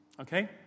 Okay